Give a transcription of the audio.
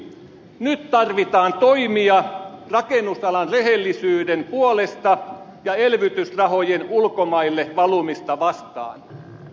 nyt tarvitaan toimia rakennusalan rehellisyyden puolesta ja elvytysrahojen ulkomaille valumista vastaan